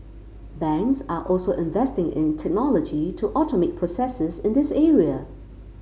banks are also investing in technology to automate processes in this area